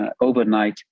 overnight